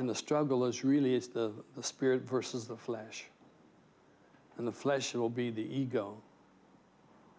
and the struggle is really is the spirit versus the flesh and the flesh will be the ego